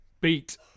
beat